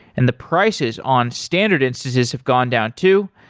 and the prices on standard instances have gone down too.